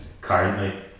currently